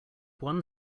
one